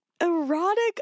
Erotic